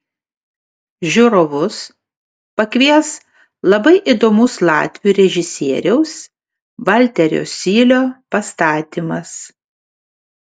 žiūrovus pakvies labai įdomus latvių režisieriaus valterio sylio pastatymas